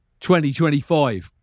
2025